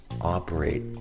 operate